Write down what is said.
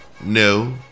no